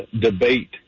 debate